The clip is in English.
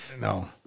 No